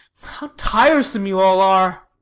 how tiresome you all are!